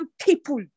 people